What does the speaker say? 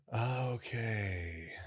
okay